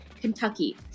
Kentucky